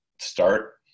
start